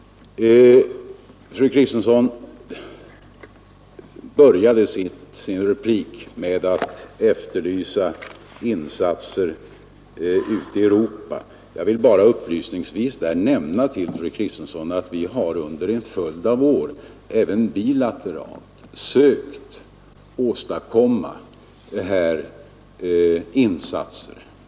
Fru Kristensson började sin replik med att efterlysa insatser ute i Europa. Jag vill upplysningsvis nämna till fru Kristensson att vi under en följd av år även bilateralt sökt åstadkomma insatser.